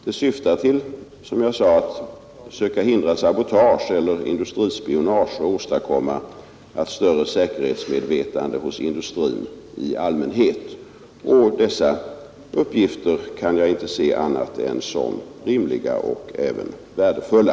Det syftar, som jag sade, till att söka hindra sabotage eller industrispionage och åstadkomma ett större säkerhetsmedvetande hos industrin i allmänhet. Dessa uppgifter kan jag inte finna annat än rimliga och även värdefulla.